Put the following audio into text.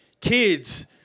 kids